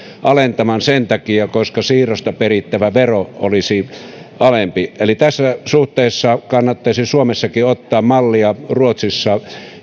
alentamaan sen takia koska siirrosta perittävä vero olisi alempi eli tässä suhteessa kannattaisi suomessakin ottaa mallia ruotsista